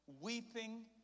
Weeping